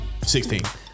16